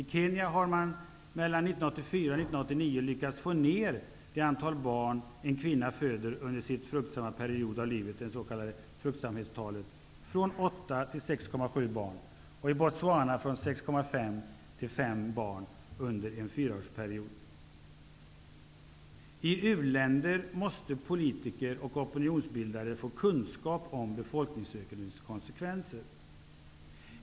I Kenya har man mellan 1984 och 1989 lyckats få ned det antal barn en kvinna föder under sin fruktsamma period av livet, det s.k. fruktsamhetstalet, från 8 till 6,7 barn. I Botswana har det gått från 6,5 till 5 barn under en fyraårsperiod. I u-länder måste politiker och opinionsbildare få kunskap om befolkningsökningens konsekvenser.